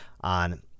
on